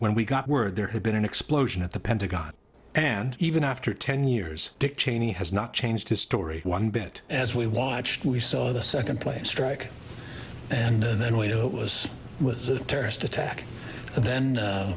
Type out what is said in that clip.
when we got word there had been an explosion at the pentagon and even after ten years dick cheney has not changed his story one bit as we watched we saw the second place strike and then we knew it was was a terrorist attack and then